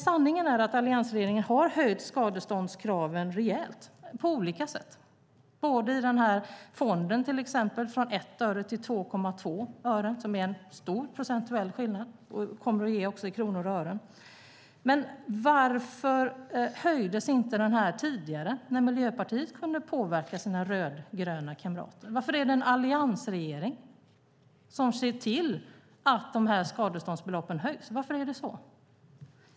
Sanningen är att alliansregeringen har höjt skadeståndskraven rejält på olika sätt. Det har till exempel gjorts med fonden från 1 öre till 2,2 öre. Det är en stor procentuell skillnad och kommer att ge resultat i kronor och ören. Men varför höjdes det inte tidigare när Miljöpartiet kunde påverka sina rödgröna kamrater? Varför är det en alliansregering som ser till att skadeståndsbeloppen höjs? Varför är det så?